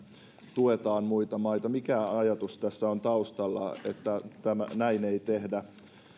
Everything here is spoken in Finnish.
tuetaan muita maita ovat arveluttavat mikä ajatus tässä on taustalla että näin ei